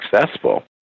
successful